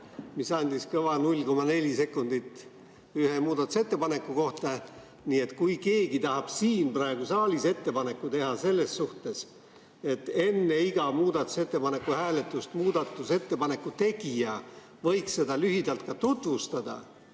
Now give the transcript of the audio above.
mis andis kõva 0,4 sekundit ühe muudatusettepaneku kohta. Nii et kui keegi tahab siin saalis praegu ettepaneku teha selles suhtes, et enne iga muudatusettepaneku hääletust võiks muudatusettepaneku tegija seda lühidalt ka tutvustada,